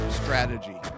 strategy